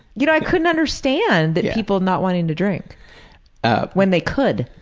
you know i couldn't understand people not wanting to drink when they could.